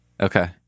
okay